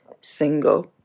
single